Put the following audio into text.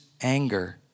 anger